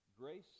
grace